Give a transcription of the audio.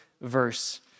verse